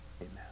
amen